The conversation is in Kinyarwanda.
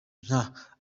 nka